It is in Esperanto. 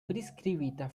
priskribita